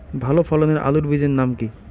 ভালো ফলনের আলুর বীজের নাম কি?